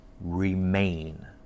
remain